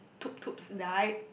Tutu's die